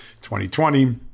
2020